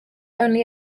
only